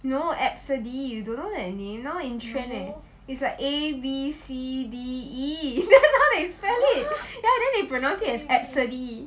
no abcde you don't know that name now in trend leh is like A B C D E that is how they spell it then they pronounce as abcde